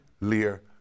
Lear